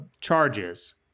charges